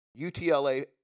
UTLA